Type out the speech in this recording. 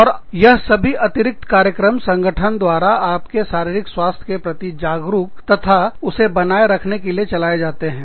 और यह सभी अतिरिक्त कार्यक्रम संगठन द्वारा आपके शारीरिक स्वास्थ्य प्रति जागरूक तथा उसे बनाए रखने के लिए चलाए जाते हैं